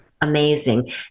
amazing